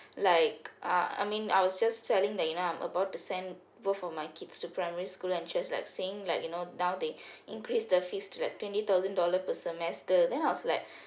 like uh I mean I was just telling that you know I'm about to send both of my kids to primary school entrance like saying like you know now they increase the fees to like twenty thousand dollar per semester then I was like